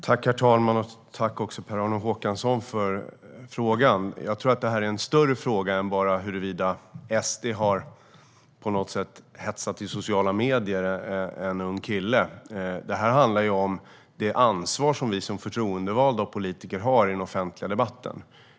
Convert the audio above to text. Herr talman! Tack, Per-Arne Håkansson, för frågan! Jag tror att det är en större fråga än bara huruvida SD på något sätt har hetsat mot en ung kille i sociala medier. Det här handlar om det ansvar som vi som förtroendevalda och politiker har i den offentliga debatten.